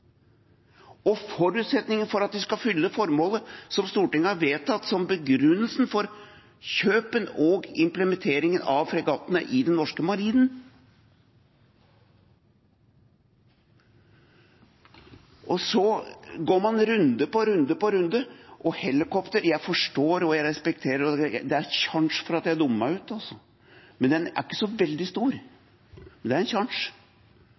og en forutsetning for at de skal kunne fylle formålet som Stortinget har vedtatt som begrunnelse for kjøpet og implementeringen av fregattene i den norske marinen – og så går man runde på runde på runde. Jeg forstår og respekterer at det er en sjanse for at jeg dummer meg ut, altså. Den er ikke så veldig stor, men det er en sjanse